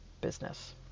business